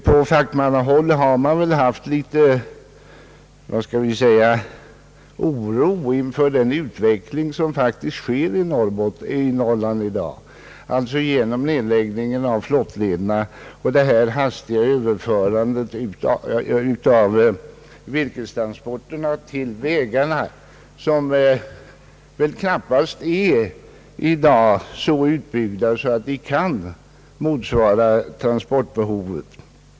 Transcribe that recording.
På fackmannahåll hyser man en viss oro inför den utveckling som sker i Norrland i dag genom nedläggningen av flottlederna och det hastiga överförandet av virkestransporterna till vägarna, vilka knappast är så utbyggda att de motsvarar transportbehovet.